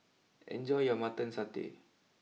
enjoy your Mutton Satay